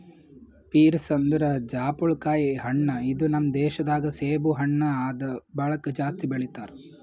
pears ಅಂದುರ್ ಜಾಪುಳಕಾಯಿ ಹಣ್ಣ ಇದು ನಮ್ ದೇಶ ದಾಗ್ ಸೇಬು ಹಣ್ಣ ಆದ್ ಬಳಕ್ ಜಾಸ್ತಿ ಬೆಳಿತಾರ್